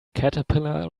caterpillar